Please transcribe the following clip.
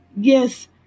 Yes